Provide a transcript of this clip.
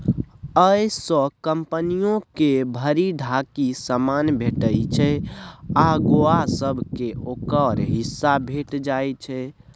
अय सँ कंपनियो के भरि ढाकी समान भेटइ छै आ गौंआ सब केँ ओकर हिस्सा भेंट जाइ छै